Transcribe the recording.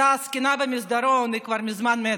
אותה זקנה במסדרון, היא כבר מזמן מתה.